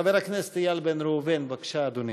חבר הכנסת איל בן ראובן, בבקשה, אדוני.